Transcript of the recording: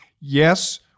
yes